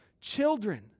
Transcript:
children